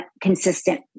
consistent